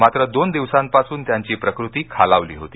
मात्र दोन दिवसांपासन त्यांची प्रकती खालावली होती